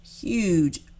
huge